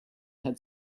had